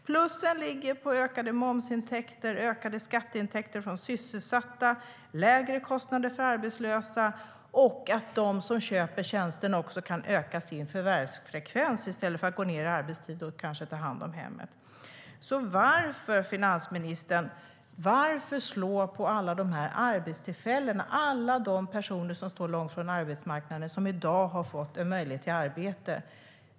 Plusen ligger på ökade momsintäkter, ökade skatteintäkter från sysselsatta, lägre kostnader för arbetslösa och att de som köper tjänsten också kan öka sin förvärvsfrekvens i stället för att gå ned i arbetstid och kanske ta hand om hemmet. Varför, finansministern, vill ni slå mot alla dessa arbetstillfällen - mot dem som står långt från arbetsmarknaden och som i dag har fått en möjlighet till arbete?